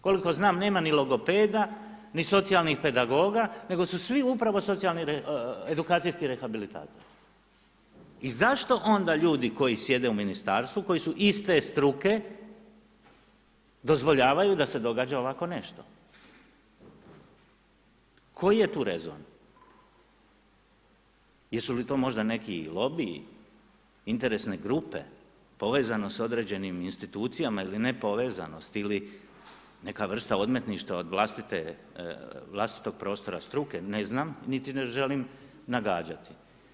Koliko znam nema ni logopeda, ni socijalnih pedagoga nego su svi upravo edukacijski rehabilitatori i zašto onda ljudi koji sjede u ministarstvu koji su iste struke dozvoljavaju da se događa ovakvo nešto, koji je tu rezon, jesu li to možda neki lobiji, interesne grupe, povezanost s određenim institucijama ili ne povezanost ili neka vrsta odmetništva od vlastitog prostora struke ne znam niti ne želim nagađati.